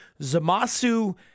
Zamasu